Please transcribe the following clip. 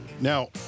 Now